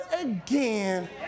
again